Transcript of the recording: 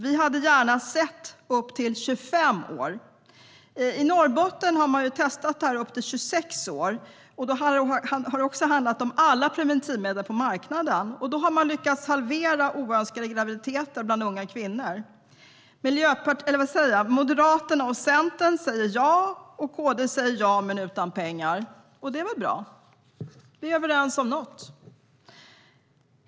Vi hade gärna sett att det införts upp till 25 år. I Norrbotten har man testat det här upp till 26 år. Då har det också handlat om alla preventivmedel på marknaden. Därigenom har man lyckats halvera de oönskade graviditeterna bland unga kvinnor. Moderaterna och Centern säger ja till förslaget. KD säger ja men utan pengar. Och det är väl bra. Då är vi överens om något.